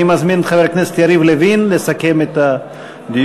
אני מזמין את חבר הכנסת יריב לוין לסכם את הדיון.